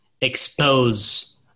expose